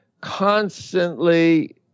constantly